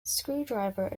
screwdriver